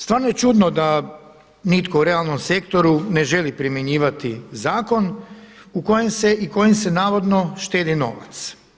Stvarno je čudno da nitko u realnom sektoru ne želi primjenjivati zakon u kojem se i kojim se navodno štedi novac.